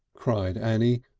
cried annie,